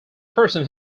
person